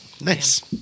Nice